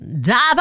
Dive